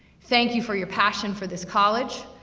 thank you for your passion for this college.